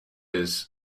has